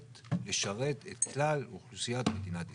לשרת את כלל אוכלוסיית מדינת ישראל.